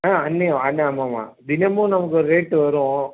ஆ அன்றைக்கு ஆமாம் ஆமாம் தினமும் நமக்கு ஒரு ரேட்டு வரும்